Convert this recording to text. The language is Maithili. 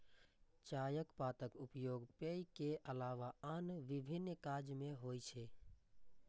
चायक पातक उपयोग पेय के अलावा आन विभिन्न काज मे होइ छै